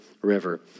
River